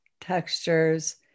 textures